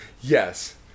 Yes